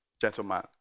gentleman